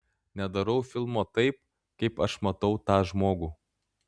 nedarau filmo taip kaip aš matau tą žmogų